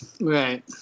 Right